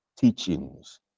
teachings